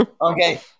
Okay